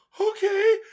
okay